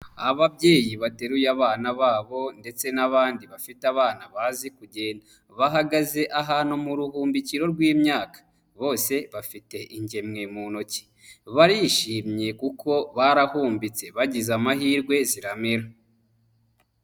Ababyeyi bateruye abana babo ndetse n'abandi bafite abana bazi kugenda, bahagaze ahantu mu ruhumbikiro rw'imyaka, bose bafite ingemwemu ntoki, barishimye kuko barahumbitse bagize amahirwe ziramera.